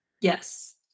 Yes